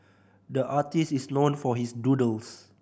the artist is known for his doodles